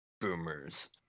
boomers